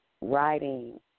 writing